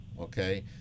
okay